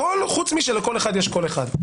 הכול, חוץ מאשר לכל אחד יש קול אחד.